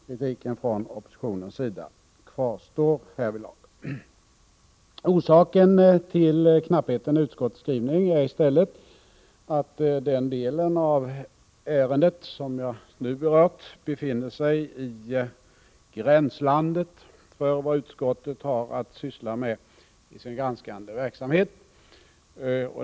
Kritiken från oppositionens sida kvarstår härvidlag. Orsaken till knappheten i utskottets skrivning är i stället att den del av ärendet som jag nu berört befinner sig i gränslandet för vad utskottet har att syssla med i sin granskande verksamhet.